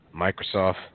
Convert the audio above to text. Microsoft